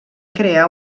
crear